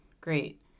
great